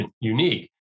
unique